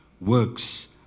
works